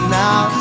now